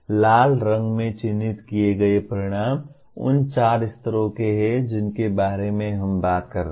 लाल रंग में चिह्नित किए गए परिणाम उन चार स्तरों के हैं जिनके बारे में हम बात कर रहे हैं